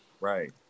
right